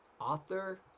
author